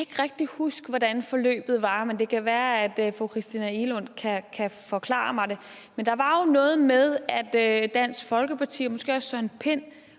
Jeg kan ikke rigtig huske, hvordan forløbet var, men det kan være, at fru Christina Egelund kan forklare mig det. Men der var jo noget med, at Dansk Folkeparti og måske også den